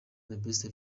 best